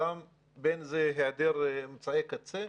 בין אם זה בהיעדר אמצעי קצה,